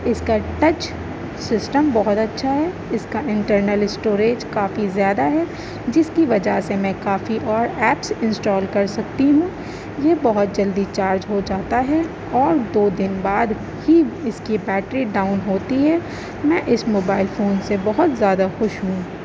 اس کا touch system بہت اچھا ہے اس کا انٹرنل اسٹوریج کافی زیادہ ہے جس کی وجہ سے میں کافی اور ایپس انسٹال کر سکتی ہوں یہ بہت جلدی چارج ہو جاتا ہے اور دو دن بعد ہی اس کی بیٹری ڈاؤن ہوتی ہے میں اس موبائل فون سے بہت زیادہ خوش ہوں